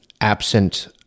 Absent